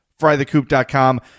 Frythecoop.com